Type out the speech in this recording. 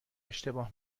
اشتباه